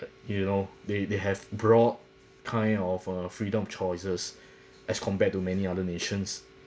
you know they they have brought kind of uh freedom of choices as compared to many other nations